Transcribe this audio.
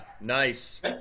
nice